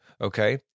okay